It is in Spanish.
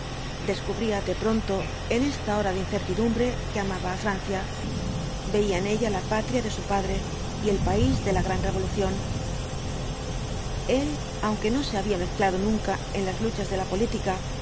descubría de pronto en esta hora de in certidumbre que amaba á francia veía en ella la patria de su padre y el país de la gran revolución el aunque no se había mezclado nunca en las luchas de la política